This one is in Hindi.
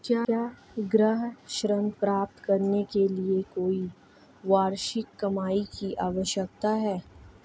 क्या गृह ऋण प्राप्त करने के लिए कोई वार्षिक कमाई की आवश्यकता है?